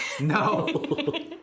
No